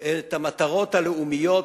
את המטרות הלאומיות,